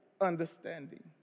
understanding